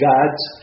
God's